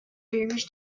varies